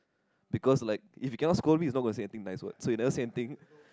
because like if he cannot scold me he's not gonna say anything nice what so he never say anything